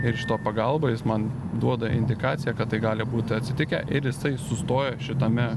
ir šito pagalba jis man duoda indikaciją kad tai gali būti atsitikę ir jisai sustoja šitame